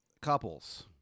couples